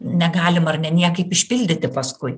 negalim ar ne niekaip išpildyti paskui